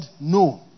no